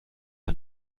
ein